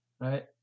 right